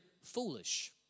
Foolish